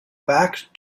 back